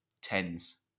tens